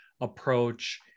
approach